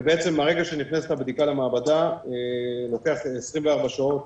בעצם מהרגע שהנכנסת הבדיקה למעבדה, לוקח 24 שעות,